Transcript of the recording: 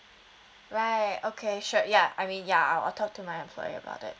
right okay sure ya I mean ya I'll talk to my employer about that